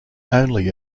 only